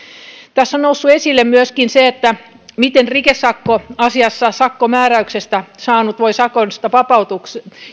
tässä on noussut esille myöskin se miten rikesakkoasiassa sakkomääräyksen saanut voi sakosta vapautua